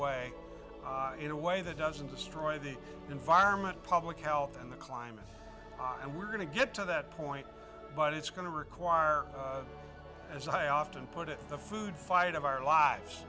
way in a way that doesn't destroy the environment public health and the climate and we're going to get to that point but it's going to require as i often put it the food fight of our lives